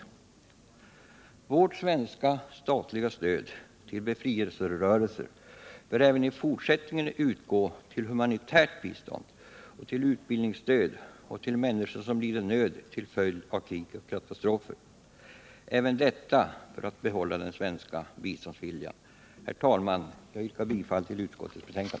Vårt svenska statliga stöd till befrielserörelser bör även i fortsättningen utgå endast till humanitärt bistånd, till utbildningsstöd och till människor som lider nöd till följd av krig och katastrofer — även detta för att bibehålla den svenska biståndsviljan. Herr talman! Jag yrkar bifall till utskottets hemställan.